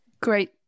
Great